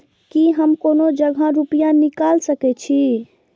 की हम कोनो जगह रूपया निकाल सके छी?